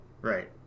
right